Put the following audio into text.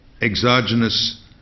exogenous